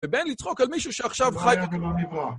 ובין לצחוק על מישהו שעכשיו חי...